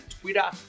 Twitter